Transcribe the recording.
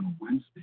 Wednesday